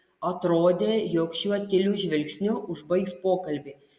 atrodė jog šiuo tyliu žvilgsniu užbaigs pokalbį